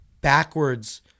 backwards